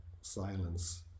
silence